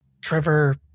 Trevor